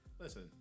Listen